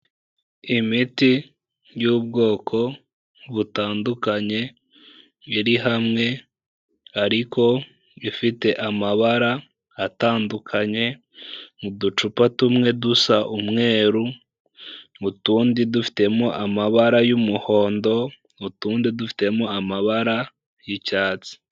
Imiti y'ubwoko butandukanye iri hamwe ariko ifite amabara atandukanye mu ducupa tumwe dusa umweru mu tundi dufitemo amabara y'umuhondo, utundi dufitemo amabara y'icyatsi.